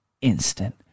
instant